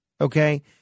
okay